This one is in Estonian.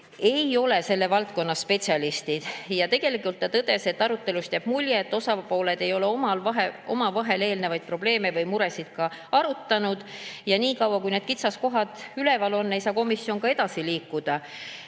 ei ole selle valdkonna spetsialistid. Tegelikult ta tõdes, et arutelust jääb mulje, et osapooled ei ole omavahel eelnevaid probleeme või muresid ka arutanud, aga nii kaua, kui need kitsaskohad üleval on, ei saa komisjon edasi liikuda.